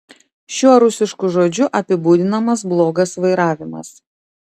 šiuo rusišku žodžiu apibūdinamas blogas vairavimas